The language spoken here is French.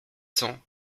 cents